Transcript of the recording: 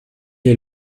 est